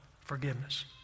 Forgiveness